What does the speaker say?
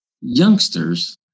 youngsters